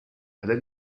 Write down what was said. alle